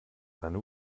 seine